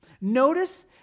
Notice